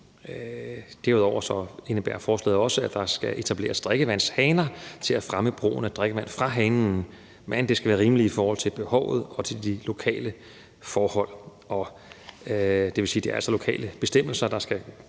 Derudover indebærer forslaget for det sjette også, at der skal etableres drikkevandshaner til at fremme brugen af drikkevand fra hanen, men det skal være rimeligt i forhold til behovet og de lokale forhold. Det vil sige, at det altså er lokale bestemmelser, der skal